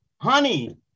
Honey